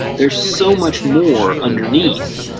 there's so much more underneath,